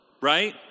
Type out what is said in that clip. right